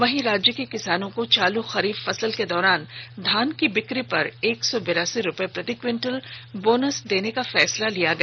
वहीं राज्य के किसानों को चालू खरीफ फसल के दौरान धान की बिक्री पर एक सौ बेरासी रुपये प्रति क्विंटल बोनस देने का फैसला लिया गया